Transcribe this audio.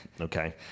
Okay